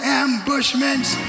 ambushments